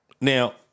Now